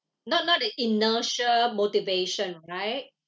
not not the inertia motivation right